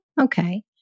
Okay